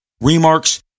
remarks